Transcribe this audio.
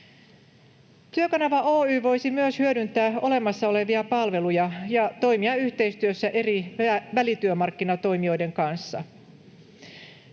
Työkanava Oy voisi myös hyödyntää olemassa olevia palveluja ja toimia yhteistyössä eri välityömarkkinatoimijoiden kanssa.